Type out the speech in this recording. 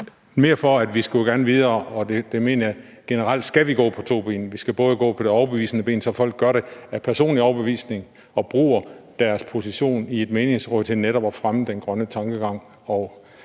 gerne videre – det er mere derfor – og jeg mener, at vi generelt skal gå på to ben. Vi skal forsøge at overbevise, så folk gør det af personlig overbevisning og bruger deres position i et menighedsråd til netop at fremme den grønne tankegang.